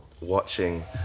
watching